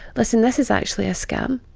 listen this is actually a scam?